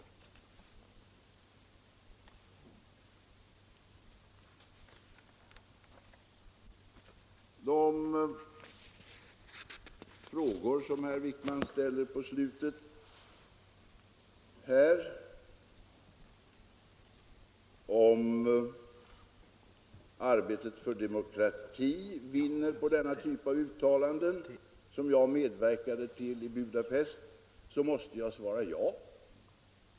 På den fråga som herr Wijkman ställer om huruvida arbetet för demokrati vinner på den typ av uttalanden som jag medverkade till i Budapest måste jag svara ja.